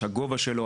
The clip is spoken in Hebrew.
הגובה שלו,